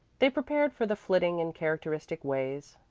they prepared for the flitting in characteristic ways.